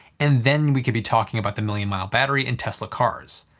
and then we could be talking about the million mile battery in tesla cars.